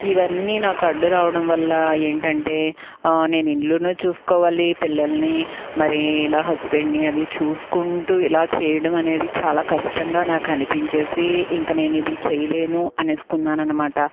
ఇవన్నీ నాకు అడ్డు రావడం వల్ల ఏంటంటే నేను ఇళ్ళును చూసుకోవాలి పిల్లల్ని మరి ఇలా హస్బెండ్ని అది చూసుకుంటూ ఇలా చేయడం అనేది చాలా కష్టంగా నాకు అనిపించేసి ఇంక నేను ఇది చేయలేను అనేసుకున్నాను అనమాట